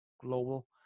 global